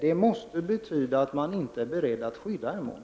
Det måste betyda att man inte är beredd att skydda Emån.